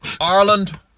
Ireland